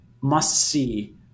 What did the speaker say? must-see